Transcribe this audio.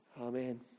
Amen